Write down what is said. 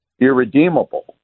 irredeemable